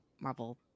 marvel